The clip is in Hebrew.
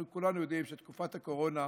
אנחנו כולנו יודעים שבתקופת הקורונה,